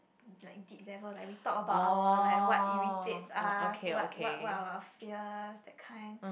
like deep level like we talk about our like what irritates us what what what are our fears that kind